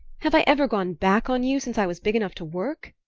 have i ever gone back on you since i was big enough to work?